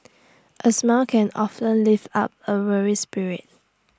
A smile can often lift up A weary spirit